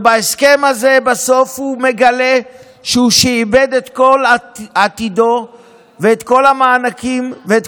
והוא מגלה בסוף שהוא שיעבד את כל עתידו ואת כל המענקים בהסכם הזה,